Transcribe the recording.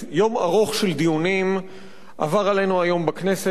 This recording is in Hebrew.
יום ארוך של דיונים עבר עלינו היום בכנסת,